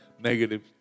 negative